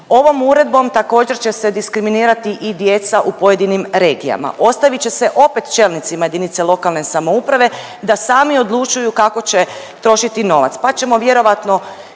Ovom uredbom također će se diskriminirati i djeca u pojedinim regijama, ostavit će se opet čelnicima JLS da sami odlučuju kako će trošiti novac, pa ćemo vjerojatno